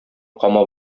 камап